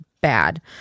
bad